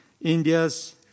India's